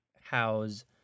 house